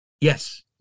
Yes